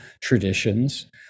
traditions